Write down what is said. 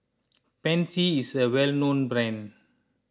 Pansy is a well known brand